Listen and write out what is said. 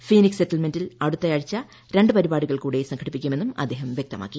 Phoenix സെറ്റിൽമെന്റിൽ അടുത്ത ആഴ്ച രണ്ട് പരിപാടികൾ കൂടെ സംഘടിപ്പിക്കുമെന്നും അദ്ദേഹം വൃക്തമാക്കി